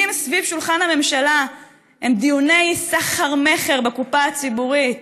סביב שולחן הממשלה הם דיוני סחר-מכר בקופה הציבורית,